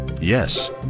Yes